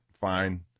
fine